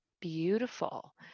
beautiful